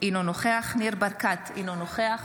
אינו נוכח ניר ברקת, אינו נוכח